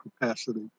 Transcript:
capacity